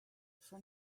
for